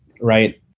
right